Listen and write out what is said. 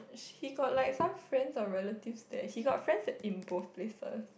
he got like some friends or relatives there he got friends in both places